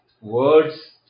words